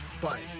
bye